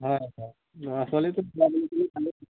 হয় হয় ল'ৰা ছোৱালীতো